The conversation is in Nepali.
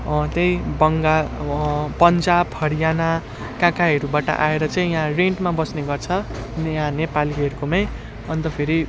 त्यही बङ्गाल पन्जाब हरियाणा कहाँ कहाँहरूबाट आएर चाहिँ यहाँ रेन्टमा बस्ने गर्छ यहाँ नेपालीहरूकोमै अन्त फेरि